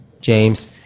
James